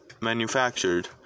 manufactured